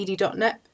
ed.net